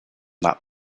not